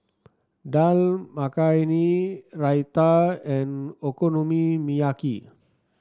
Dal Makhani Raita and Okonomiyaki